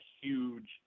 huge